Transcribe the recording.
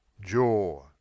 Jaw